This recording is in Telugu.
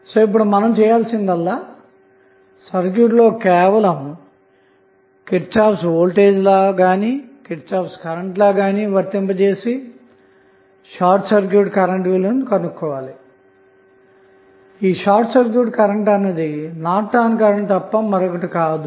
కాబట్టి మనం చేయాల్సిందల్లా సర్క్యూట్ లో KVL లేదా KCL ను వర్తింపజేసి షార్ట్ సర్క్యూట్ లో కరెంట్ విలువను కనుక్కోవాలి ఈ షార్ట్ సర్క్యూట్ కరెంట్ అన్నది నార్టన్ కరెంట్ తప్ప మరేమి కాదు